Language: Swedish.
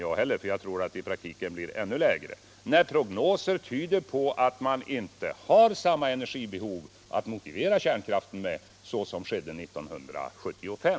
Jag vill inte svära på att det kommer att behövas så eller så många terawattimmar, men jag tror att energibehovet i praktiken blir betydligt lägre än beräknat. Det går inte att motivera kärnkraften med samma energibehov nu som 1975.